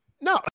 No